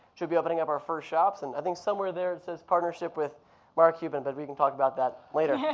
should be opening up our first shops. and i think somewhere there it says partnership with mark cuban, but we can talk about that later. yeah